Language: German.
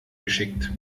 geschickt